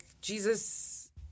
Jesus